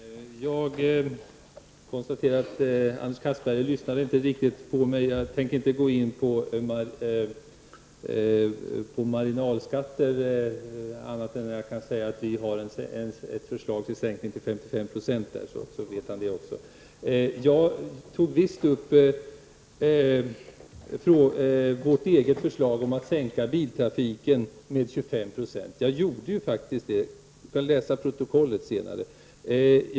Herr talman! Jag konstaterar att Anders Castberger inte lyssnade riktigt på mig. Jag tänker inte gå in på marginalskatter annat än att jag kan säga att vi har ett förslag till sänkning till 55 %, så vet han det också. Jag tog visst upp vårt eget förslag om att minska biltrafiken med 25 %. Jag gjorde faktiskt det, det går att läsa i protokollet senare.